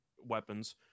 weapons